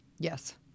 Yes